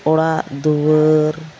ᱚᱲᱟᱜᱼᱫᱩᱣᱟᱹᱨ